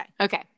okay